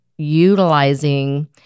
utilizing